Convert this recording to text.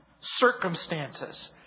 circumstances